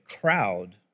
crowd